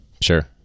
Sure